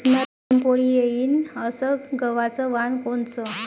नरम पोळी येईन अस गवाचं वान कोनचं?